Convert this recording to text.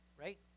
right